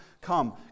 come